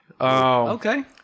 Okay